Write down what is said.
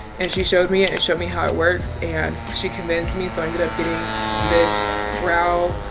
and she showed me it and showed me how it works. and she convinced me. so i ended up getting this brow.